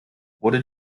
wurde